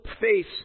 face